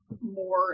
more